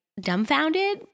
dumbfounded